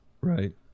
Right